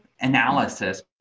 analysis